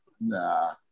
nah